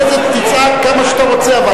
אחרי זה תצעק כמה שאתה רוצה,